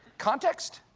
context,